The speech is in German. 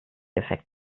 effekt